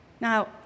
Now